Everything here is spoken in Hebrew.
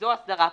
זו ההסדרה פה.